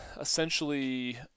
essentially